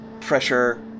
pressure